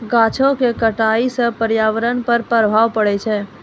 गाछो क कटाई सँ पर्यावरण पर प्रभाव पड़ै छै